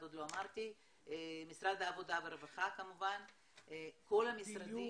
משרד העבודה והרווחה, כל המשרדים,